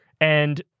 And-